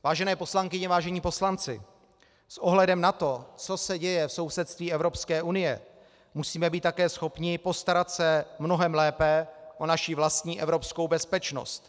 Vážené poslankyně, vážení poslanci, s ohledem na to, co se děje v sousedství Evropské unie, musíme být také schopni postarat se mnohem lépe o naši vlastní evropskou bezpečnost.